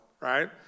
right